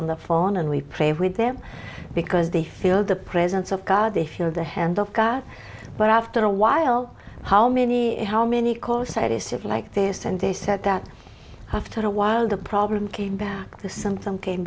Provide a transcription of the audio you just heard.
on the phone and we pray with them because they feel the presence of god they feel the hand of god but after a while how many how many course edited like this and they said that after a while the problem came back to some some came